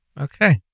Okay